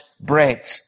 bread